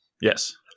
yes